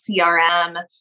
CRM